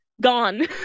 Gone